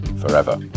forever